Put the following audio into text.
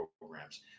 programs